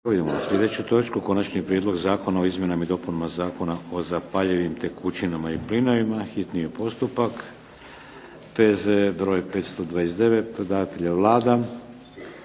Idemo na sljedeću točku - Konačni prijedlog zakona o izmjenama i dopunama Zakona o zapaljivim tekućinama i plinovima, hitni postupak, prvo i drugo čitanje,